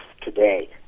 today